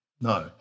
No